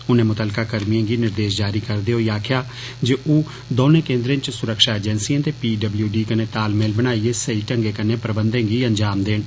उनें मुत्तल्लका कर्मियें गी निर्देष जारी करदे होई आक्खेआ जे ओह दौने केन्द्रें च सुरक्षा एजेंसियें ते पीडब्ल्यूडी कन्नै तालमेल बनाइये सेई ढंग्गै कन्नै प्रबंधे गी अंजाम देन